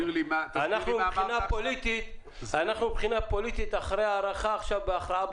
מבחינה פוליטית אנחנו אחרי ההארכה ועכשיו מכריעים